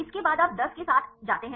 इसके बाद आप 10 के साथ जाते हैं